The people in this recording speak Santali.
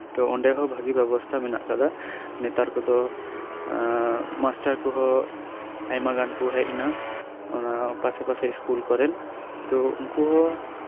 ᱛᱳ ᱚᱱᱰᱮ ᱦᱚᱸ ᱵᱷᱟᱹᱜᱤ ᱵᱮᱵᱚᱛᱷᱟ ᱢᱮᱱᱟᱜᱼᱟ ᱱᱮᱛᱟᱨ ᱠᱚᱫᱚ ᱢᱟᱥᱴᱟᱨ ᱠᱚᱸᱦᱚ ᱟᱢᱭᱟ ᱜᱟᱱ ᱟᱥᱮ ᱯᱟᱥᱮ ᱤᱥᱠᱩᱞ ᱠᱚᱨᱮᱱ ᱛᱳ ᱩᱱᱠᱩ ᱦᱚᱸ